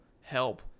help